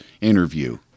interview